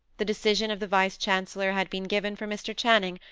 the decision of the vice-chancellor had been given for mr. channing,